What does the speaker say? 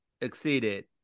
exceeded